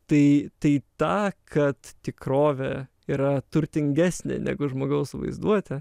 tai tai tą kad tikrovė yra turtingesnė negu žmogaus vaizduotė